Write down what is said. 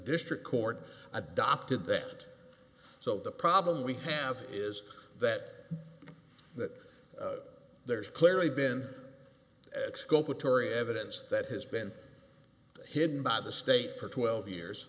district court adopted that so the problem we have is that that there's clearly been exculpatory evidence that has been hidden by the state for twelve years